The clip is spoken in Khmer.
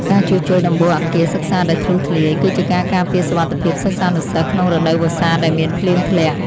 ការជួសជុលដំបូលអគារសិក្សាដែលធ្លុះធ្លាយ គឺជាការការពារសុវត្ថិភាពសិស្សានុសិស្សក្នុងរដូវវស្សាដែលមានភ្លៀងធ្លាក់។